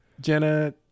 Jenna